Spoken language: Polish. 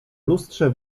lustrze